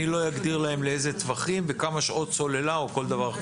אני לא אגדיר להם לאיזה טווחים וכמה שעות סוללה או כל דבר אחר.